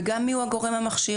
וגם מי הוא הגורם המכשיר.